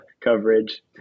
coverage